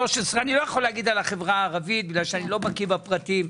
13 אני לא יכול להגיד על החברה הערבית כי אני לא בקי בפרטים.